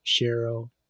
Cheryl